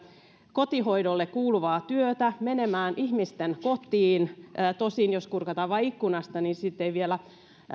kotihoidolle kuuluvaa työtä menemään ihmisten kotiin tosin jos kurkataan vain ikkunasta niin sitten ei vielä